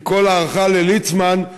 עם כל ההערכה לליצמן,